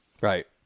Right